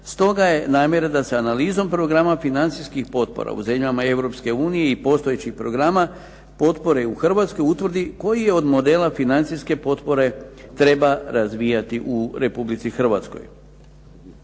Stoga je namjera da se analizom programa financijskih potpora u zemljama Europske unije i postojećih programa potpore u Hrvatskoj utvrdi koji od modela financijske potpore treba razvijati u Republici Hrvatskoj.